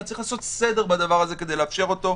צריך לעשות סדר בדבר הזה כדי לאפשר אותו.